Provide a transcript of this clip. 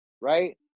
right